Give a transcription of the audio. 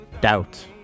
doubt